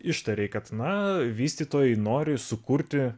ištarei kad na vystytojai nori sukurti